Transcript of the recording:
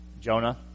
Jonah